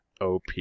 OP